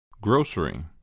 grocery